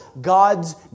God's